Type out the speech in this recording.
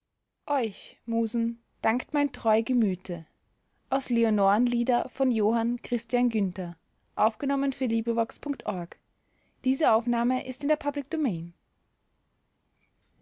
euch musen dankt mein treu gemüte